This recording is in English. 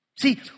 See